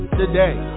today